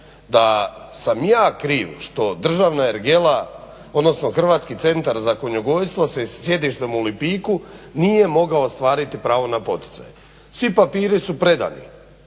da sam ja kriv što državna ergela odnosno Hrvatski centar za konjogojstvo sa sjedištem u Lipiku nije mogao ostvariti pravo na poticaj. Svi papiri su predani